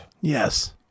yes